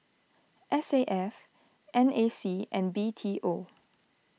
S A F N A C and B T O